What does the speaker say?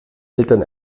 eltern